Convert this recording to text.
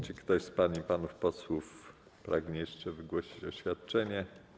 Czy ktoś z pań i panów posłów pragnie jeszcze wygłosić oświadczenie?